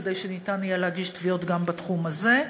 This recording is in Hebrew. כדי שיהיה אפשר להגיש תביעות גם בתחום הזה.